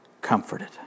comforted